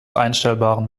einstellbaren